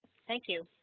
thank you